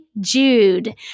Jude